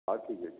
ହଉ ଠିକ୍ ଅଛି